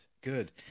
good